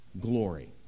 glory